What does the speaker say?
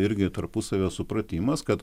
irgi tarpusavio supratimas kad